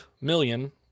million